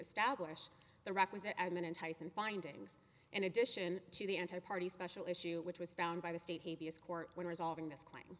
establish the requisite admin and tyson findings in addition to the anti party special issue which was found by the state court when resolving this claim